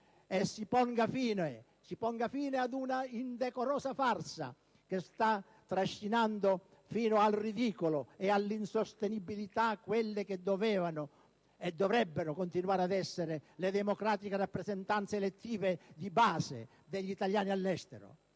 e si ponga fine ad una indecorosa farsa che sta trascinando fino al ridicolo e all'insostenibilità quelle che dovevano e dovrebbero continuare ad essere le democratiche rappresentanze elettive di base degli italiani all'estero.